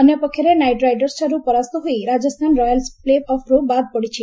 ଅନ୍ୟପକ୍ଷରେ ନାଇଟ୍ ରାଇଡର୍ସଠାରୁ ପରାସ୍ତ ହୋଇ ରାଜସ୍ଥାନ ରୟାଲ୍ସ୍ ପ୍ଲେ ଅଫ୍ରୁ ବାଦ୍ ପଡ଼ିଛି